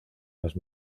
las